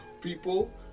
People